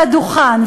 על הדוכן,